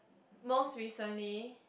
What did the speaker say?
most recently